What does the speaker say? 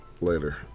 later